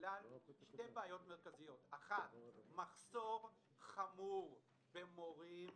בגלל שתי בעיות מרכזיות: אחת, מחסור חמור במורים